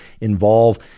involve